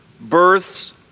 births